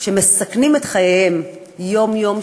שמסכנים את חייהם יום-יום,